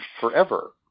forever